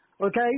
okay